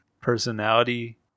personality